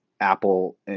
Apple